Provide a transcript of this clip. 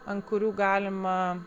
ant kurių galima